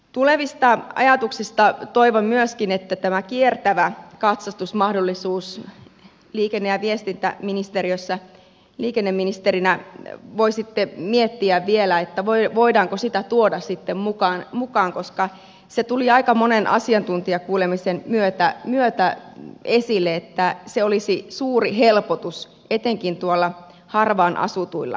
tulevista ajatuksista toivon myöskin että liikenne ja viestintäministeriössä liikenneministerinä voisitte miettiä vielä voidaanko tätä kiertävää katsastusmahdollisuutta tuoda sitten mukaan koska se tuli aika monen asiantuntijakuulemisen myötä esille että se olisi suuri helpotus etenkin tuolla harvaan asutuilla alueilla